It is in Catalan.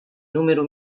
número